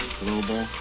global